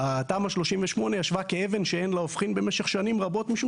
תמ"א 38 ישבה כאבן שאין לה הופכין במשך שנים רבות משום